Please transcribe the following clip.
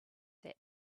that